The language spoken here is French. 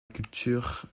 culture